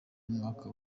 umwaka